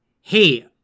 hey